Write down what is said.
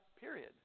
period